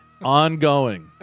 Ongoing